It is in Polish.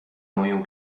moją